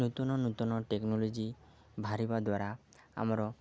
ନୂତନ ନୂତନ ଟେକ୍ନୋଲୋଜି ବାହାରିବା ଦ୍ୱାରା ଆମର